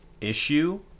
issue